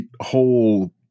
whole